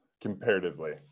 comparatively